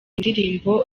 indirimbo